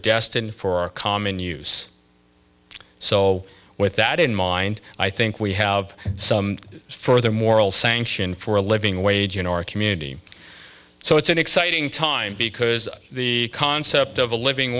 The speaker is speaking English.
destined for a common use so with that in mind i think we have some further moral sanction for a living wage in our community so it's an exciting time because the concept of a living